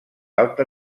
alta